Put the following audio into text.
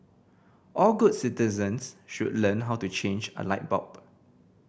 all good citizens should learn how to change a light bulb